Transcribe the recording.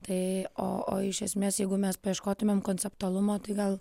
tai o o iš esmės jeigu mes paieškotumėm konceptualumo tai gal